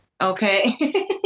Okay